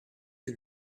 que